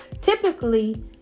Typically